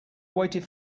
waited